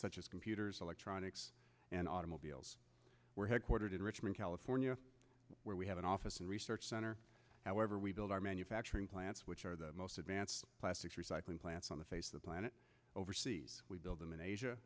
such as computers electronics and automobiles were headquartered in richmond california where we have an office and research center however we build our manufacturing plants which are the most advanced plastics recycling plants on the face of the planet overseas we build them in asia